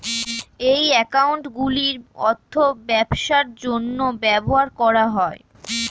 এই অ্যাকাউন্টগুলির অর্থ ব্যবসার জন্য ব্যবহার করা হয়